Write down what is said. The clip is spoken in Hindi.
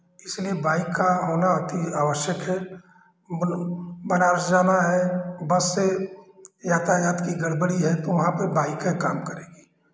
इसलिए बाइक का होना अति आवश्यक है बोलो बनारस जाना है बस से यातायात की गड़बड़ी है तो वहाँ पे बाइकै काम करेगी